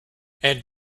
and